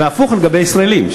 והפוך לגבי ישראלים.